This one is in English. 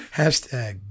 hashtag